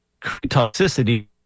toxicity